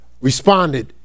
responded